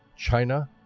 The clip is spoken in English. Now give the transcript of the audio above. china,